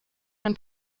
ein